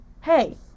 Hey